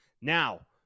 Now